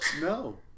No